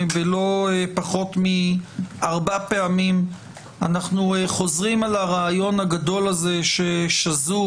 לא פחות מארבע פעמים אנחנו חוזרים על הרעיון הגדול הזה ששזור